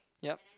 yup